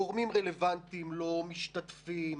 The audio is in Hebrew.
גורמים רלוונטיים לא משתתפים.